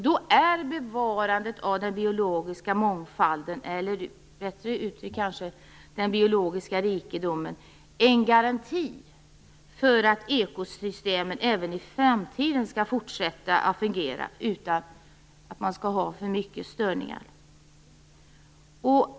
Då är bevarandet av den biologiska mångfalden, eller bättre uttryckt den biologiska rikedomen, en garanti för att ekosystemen även i framtiden skall fortsätta att fungera utan för stora störningar.